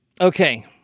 okay